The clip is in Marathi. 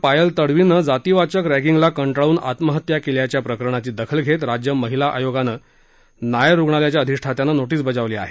पायल तडवीनं जातीवाचक रँगीगला कंटाळून आत्महत्या केल्याच्या प्रकरणाची दखल घेत राज्य महिला आयोग नायर रुग्णालयाच्या अधिष्ठात्यांना नोटिस बजावली आहे